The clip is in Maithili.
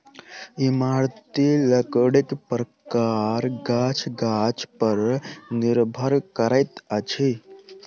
इमारती लकड़ीक प्रकार गाछ गाछ पर निर्भर करैत अछि